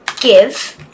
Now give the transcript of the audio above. give